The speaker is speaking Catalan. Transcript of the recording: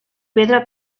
pedra